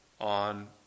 on